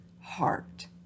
heart